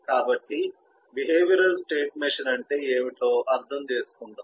కాబట్టి behavioural state machine అంటే ఏమిటో అర్థం చేసుకుందాం